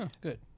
Good